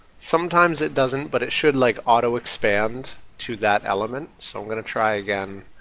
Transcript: sometimes it doesn't but it should like auto expand to that element. so i'm going to try again.